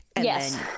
Yes